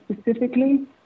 specifically